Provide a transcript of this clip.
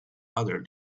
other